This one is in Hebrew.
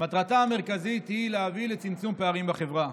מטרתה המרכזית היא להביא לצמצום פערים בחברה.